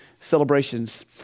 celebrations